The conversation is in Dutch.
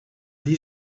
die